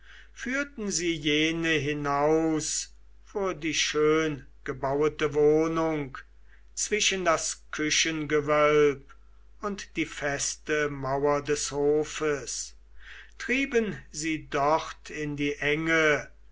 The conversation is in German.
führten sie jene hinaus vor die schöngebauete wohnung zwischen das küchengewölb und die feste mauer des hofes trieben sie dort in die enge